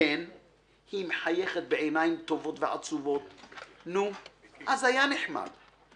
כן/ היא מחייבת בעיניים טובות/ ועצובות/ נו אז היה נחמד/